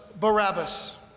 Barabbas